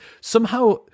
somehow-